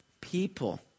people